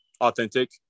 authentic